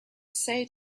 say